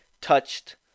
touched